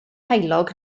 heulog